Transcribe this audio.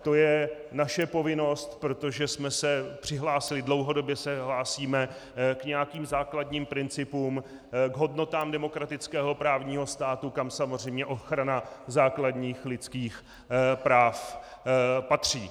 To je naše povinnost, protože jsme se přihlásili, dlouhodobě se hlásíme k nějakým základním principům, k hodnotám demokratického právního státu, kam samozřejmě ochrana základních lidských práv patří.